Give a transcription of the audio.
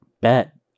bet